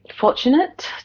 fortunate